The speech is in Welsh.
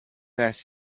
ers